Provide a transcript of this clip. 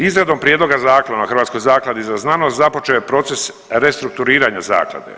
Izradom prijedloga Zakona o Hrvatskoj zakladi za znanost započeo je proces restrukturiranja zaklade.